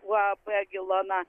uab gilona